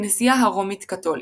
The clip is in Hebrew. הכנסייה הרומית הקתולית.